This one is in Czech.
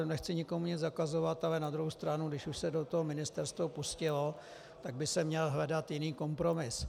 Nechci nikomu nic zakazovat, ale na druhou stranu, když už se do toho ministerstvo pustilo, tak by se měl hledat jiný kompromis.